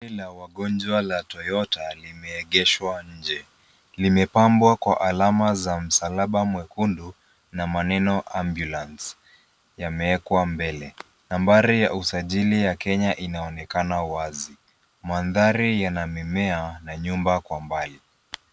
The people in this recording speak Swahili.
Gari la wagonjwa la Toyota limeegeshwa nje. Limepambwa kwa alama za msalaba mwekundu na maneno ambulance yameekwa mbele. Nambari ya usajili ya kenya inaonekana wazi. Mandhari yana mimea na nyumba kwa mbali.